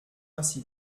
ainsi